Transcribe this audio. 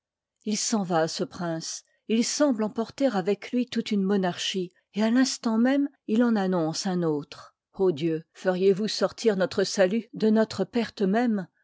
il s'en va ce prince il semble emporter avec lui toute une monarchie et à l'instant même il en annonce un autre o dieu feriez vous sortir notre salut de notre perte même